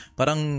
parang